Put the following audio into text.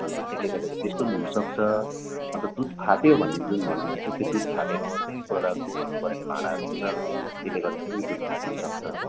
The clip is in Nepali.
अन्त त्यसले गर्दाखेरि त्यस्तो पनि हुनुसक्छ अन्त दुध फाट्यो भन्ने जुन भन्नु हुँदैछ त्यो दुध फाटेकोमा चाहिँ कोही बेला नुनहरू परेको भाँडाहरू हुन्छ त्यसले गर्दा पनि दुध फाट्नु सक्छ